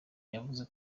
yavuze